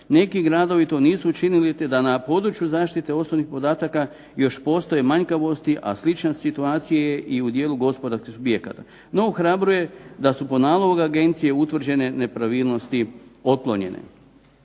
neki gradovi to nisu učinili te da na području zaštite osobnih podataka još postoje manjkavosti, a slična je situacija je i u dijelu gospodarskih subjekata. No, ohrabruje da su po nalogu agencije utvrđene nepravilnosti otklonjene.